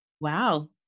Wow